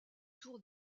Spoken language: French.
tour